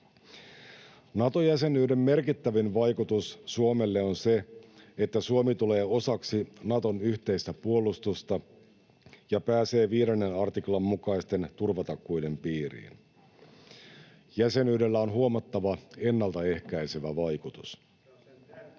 Nato-jäsenyyden merkittävin vaikutus Suomelle on se, että Suomi tulee osaksi Naton yhteistä puolustusta ja pääsee 5 artiklan mukaisten turvatakuiden piiriin. Jäsenyydellä on huomattava ennaltaehkäisevä vaikutus.